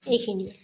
এইখিনিয়ে